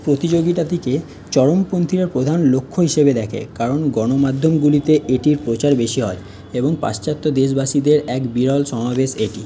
প্রতিযোগিতাটিকে চরমপন্থীরা প্রধান লক্ষ্য হিসাবে দেখে কারণ গণমাধ্যমগুলিতে এটির প্রচার বেশি হয় এবং পাশ্চাত্য দেশবাসীদের এক বিরল সমাবেশ এটি